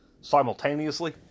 simultaneously